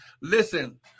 Listen